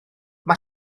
mae